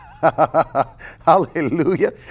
Hallelujah